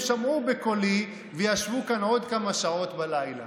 הם שמעו בקולי וישבו כאן עוד כמה שעות בלילה.